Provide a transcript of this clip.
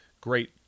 great